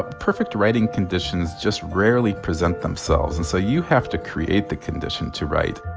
perfect writing conditions just rarely present themselves. and so you have to create the condition to write